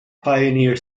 pioneer